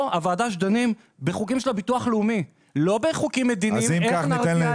אנחנו דנים היום בהצעת חוק התגמולים לנפגעי